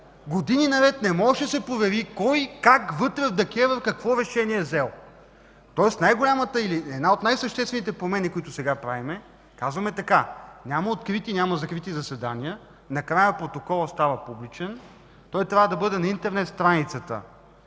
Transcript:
Години наред не можеше да се провери кой, как вътре в ДКЕВР какво решение е взел. Тоест най-голямата или една от най-съществените промени, които правим сега и казваме, че няма открити, няма закрити заседания, накрая протоколът става публичен. Той трябва да бъде на интернет страницата